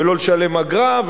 ולא לשלם אגרה,